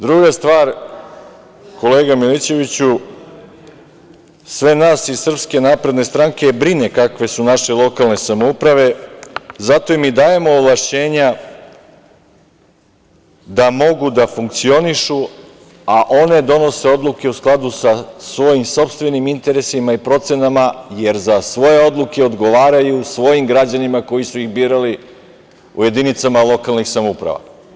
Druga stvar, kolega Milićeviću, sve nas iz SNS brine kakve su naše lokalne samouprave, zato im i dajemo ovlašćenja da mogu da funkcionišu, a one donose odluke u skladu sa svojim sopstvenim interesima i procenama, jer za svoje odluke odgovaraju svojim građanima koji su ih birali u jedinicama lokalnih samouprava.